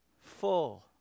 full